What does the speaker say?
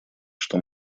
что